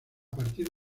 partir